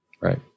Right